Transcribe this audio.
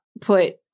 put